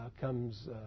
comes